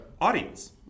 audience